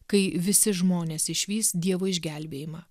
kai visi žmonės išvys dievo išgelbėjimą